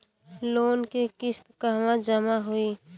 Loan के किस्त कहवा जामा होयी?